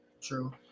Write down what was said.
True